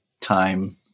time